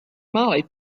molly